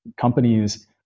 companies